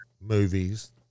movies